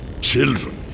children